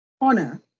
honor